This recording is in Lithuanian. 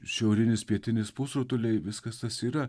šiaurinis pietinis pusrutuliai viskas tas yra